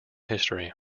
history